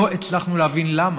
לא הצלחנו להבין למה,